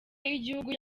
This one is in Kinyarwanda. y’igihugu